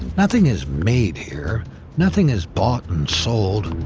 nothing is made here nothing is bought and sold.